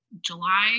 july